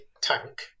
Tank